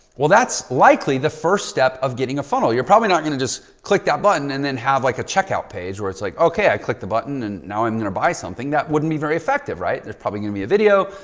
well, that's likely the first step of getting a funnel. you're probably not going to just click that button and then have like a checkout page where it's like, okay, i clicked the button and now i'm going to buy something that wouldn't be very effective, right? there's probably going to be a video.